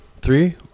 three